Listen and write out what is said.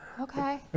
okay